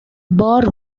بار